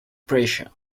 pressure